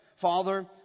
Father